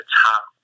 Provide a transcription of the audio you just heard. top